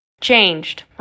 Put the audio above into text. changed